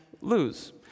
lose